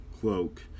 cloak